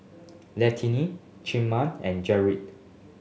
Letitia Casimer and Jered